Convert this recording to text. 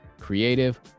creative